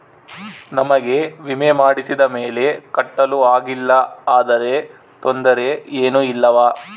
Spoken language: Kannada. ನಮಗೆ ವಿಮೆ ಮಾಡಿಸಿದ ಮೇಲೆ ಕಟ್ಟಲು ಆಗಿಲ್ಲ ಆದರೆ ತೊಂದರೆ ಏನು ಇಲ್ಲವಾ?